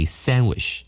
sandwich